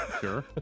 Sure